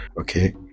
okay